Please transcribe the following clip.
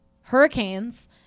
Hurricanes